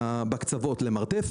בקצוות למרתף,